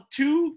two